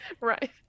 right